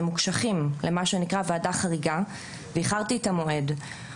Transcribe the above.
לגבי הנושא של ועדות זכאות ואפיון,